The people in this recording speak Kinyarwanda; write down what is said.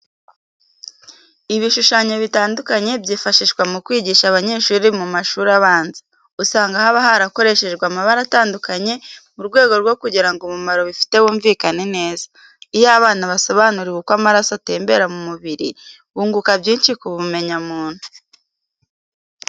Ibishushanyo bitandukanye byifashishwa mu kwigisha abanyeshuri bo mu mashuri abanza, usanga haba harakoreshejwe amabara atandukanye mu rwego rwo kugira ngo umumaro bifite wumvikane neza. Iyo abana basobanuriwe uko amaraso atembera mu mubiri bunguka byinshi ku bumenyamuntu.